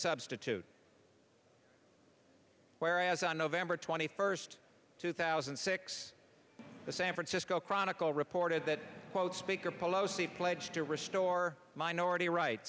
substitute whereas on november twenty first two thousand and six the san francisco chronicle reported that quote speaker pelosi pledged to restore minority right